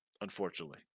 unfortunately